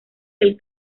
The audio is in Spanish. del